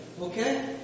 Okay